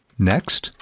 next,